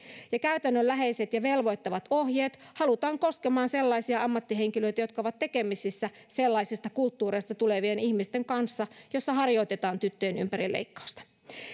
ja käytännönläheiset ja velvoittavat ohjeet halutaan koskemaan sellaisia ammattihenkilöitä jotka ovat tekemisissä sellaisista kulttuureista tulevien ihmisten kanssa joissa harjoitetaan tyttöjen ympärileikkausta